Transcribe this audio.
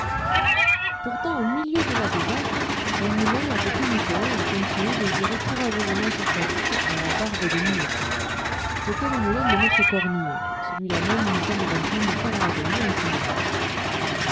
pourtant au milieu de la débâcle un moulin avait tenu bon et continuait de virer courageusement sur sa butte à la barbe des minotiers c'était le moulin de maître cornille celui-là même où nous sommes en train de faire la veillée en ce moment